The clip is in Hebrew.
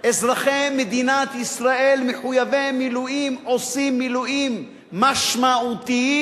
אזרחי מדינת ישראל מחויבי מילואים עושים מילואים משמעותיים,